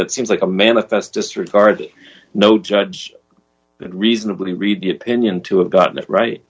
that seems like a manifest disregard no judge that reasonably read the opinion to have gotten it right